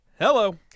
Hello